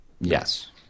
Yes